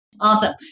Awesome